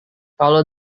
kalau